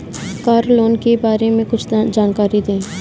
Car loan के बारे में कुछ जानकारी दें?